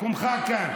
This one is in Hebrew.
מקומך כאן.